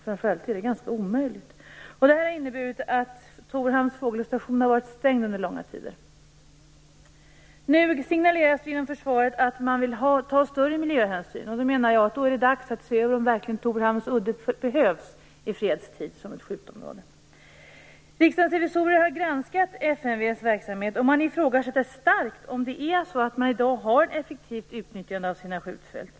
Det är i själva verket omöjligt. Det här har inneburit att Torhamns fågelstation under långa tider har varit stängd. Det signaleras nu inom försvaret att man vill ta större miljöhänsyn, och jag menar att det då är dags att se över om Torhamns udde i fredstid verkligen behövs som skjutområde. Riksdagens revisorer har granskat FMV:s verksamhet, och de ifrågasätter starkt att FMV i dag har ett effektivt utnyttjande av sina skjutfält.